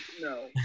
no